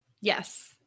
Yes